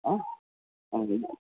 ಹಾಂ ಹೌದೇನು